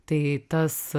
tai tas